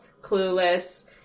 Clueless